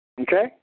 Okay